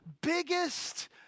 biggest